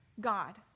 God